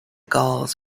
gauls